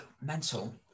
mental